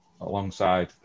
alongside